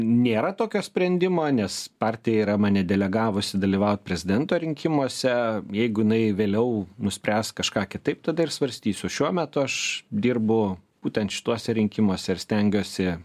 nėra tokio sprendimo nes partija yra mane delegavusi dalyvaut prezidento rinkimuose jeigu na ji vėliau nuspręs kažką kitaip tada ir svarstysiu šiuo metu aš dirbu būtent šituose rinkimuose ir stengiuosi